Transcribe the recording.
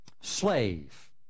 slave